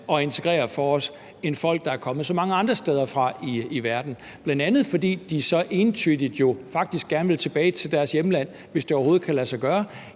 at integrere for os end folk, der er kommet fra så mange andre steder i verden, bl.a. fordi de jo så entydigt faktisk gerne vil tilbage til deres hjemland, hvis det overhovedet kan lade sig gøre.